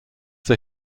they